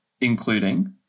including